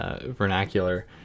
vernacular